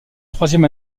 troisième